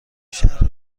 شرح